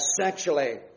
sexually